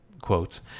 quotes